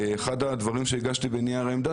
אחד הדברים שהגשתי בנייר העמדה,